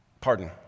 Pardon